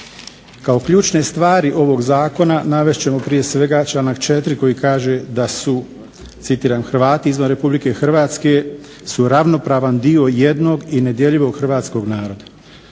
Kao ključne stvari ovog zakona navest ćemo prije svega članak 4. koji kaže da su "Hrvati izvan RH su ravnopravan dio jednog i nedjeljivog hrvatskog naroda".